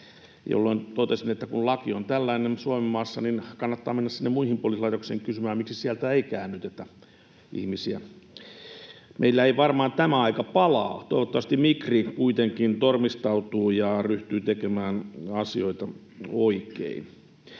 jolloin totesin, että kun laki on tällainen Suomenmaassa, niin kannattaa mennä sinne muihin poliisilaitoksiin kysymään, miksi sieltä ei käännytetä ihmisiä. Meillä ei varmaan tämä aika palaa, toivottavasti Migri kuitenkin tormistautuu ja ryhtyy tekemään asioita oikein.